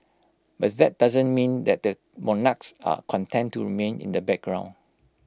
but that doesn't mean that the monarchs are content to remain in the background